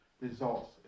results